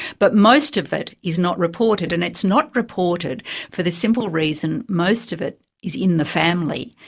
but most of it is not reported, and it's not reported for the simple reason most of it is in the family,